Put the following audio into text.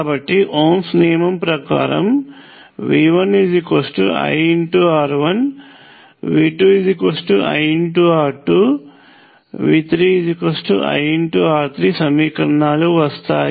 కాబట్టి ఓమ్స్ నియమం ప్రకారం V1IR1V2IR2 V3IR3 సమీకరణాలు వస్తాయి